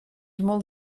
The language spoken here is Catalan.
molt